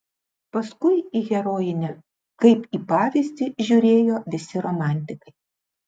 paskui į herojinę kaip į pavyzdį žiūrėjo visi romantikai